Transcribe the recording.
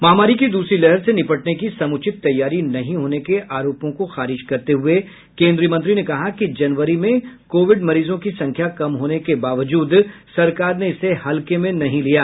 महामारी की दूसरी लहर से निपटने की समुचित तैयारी नहीं होने के आरोपों को खारिज करते हुए केन्द्रीय मंत्री ने कहा कि जनवरी में कोविड मरीजों की संख्या कम होने के बावजूद सरकार ने इसे हल्के में नहीं लिया